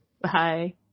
Bye